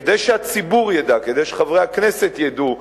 כדי שהציבור ידע, כדי שחברי הכנסת ידעו,